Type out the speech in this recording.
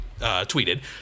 tweeted